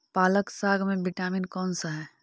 पालक साग में विटामिन कौन सा है?